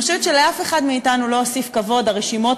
אני חושבת שלאף אחד מאתנו לא הוסיפו כבוד הרשימות